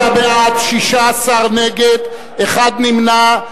43 בעד, 16 נגד, אחד נמנע.